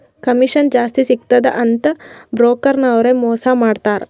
commission ಜಾಸ್ತಿ ಸಿಗ್ತುದ ಅಂತ್ ಬ್ರೋಕರ್ ನವ್ರೆ ಮೋಸಾ ಮಾಡ್ತಾರ್